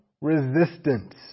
resistance